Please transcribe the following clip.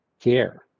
care